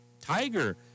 Tiger